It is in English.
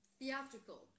theatrical